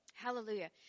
Hallelujah